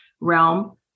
realm